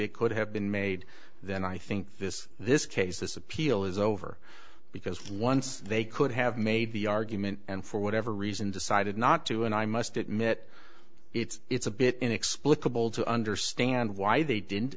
it could have been made then i think this this case this appeal is over because once they could have made the argument and for whatever reason decided not to and i must admit it's a bit inexplicable to understand why they didn't